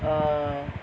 err